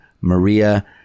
Maria